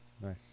nice